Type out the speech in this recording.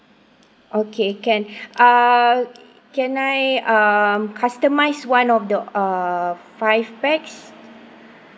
okay can uh can I um customise one of the err five pax